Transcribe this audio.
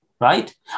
right